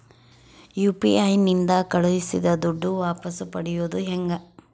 UPI ನಿಂದ ಕಳುಹಿಸಿದ ದುಡ್ಡು ವಾಪಸ್ ಪಡೆಯೋದು ಹೆಂಗ?